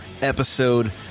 episode